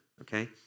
okay